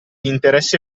interesse